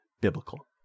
biblical